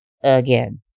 Again